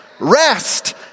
rest